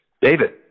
David